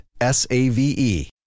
S-A-V-E